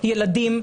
ילדים,